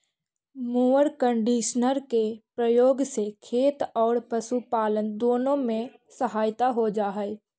mower conditioner के प्रयोग से खेत औउर पशुपालन दुनो में सहायता हो जा हई